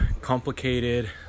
complicated